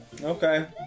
Okay